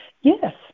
yes